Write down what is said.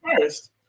first